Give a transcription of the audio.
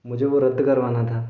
मुझे वो रद्द करवाना था